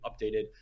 updated